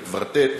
הקוורטט,